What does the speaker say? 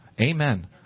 amen